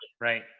Right